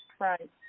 right